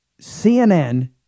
CNN